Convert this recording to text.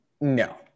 No